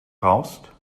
brauchst